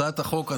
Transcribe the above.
הצעת החוק,